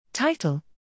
Title